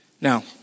Now